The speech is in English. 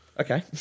Okay